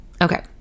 Okay